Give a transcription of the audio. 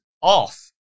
off